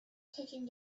taking